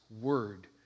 word